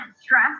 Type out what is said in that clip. stress